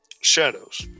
shadows